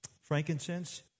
Frankincense